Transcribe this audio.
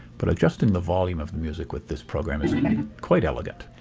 but adjusting the volume of music with this program is quite elegant.